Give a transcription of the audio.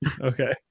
Okay